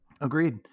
Agreed